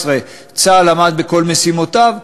צה"ל עמד בכל משימותיו,